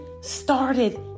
started